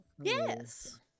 Yes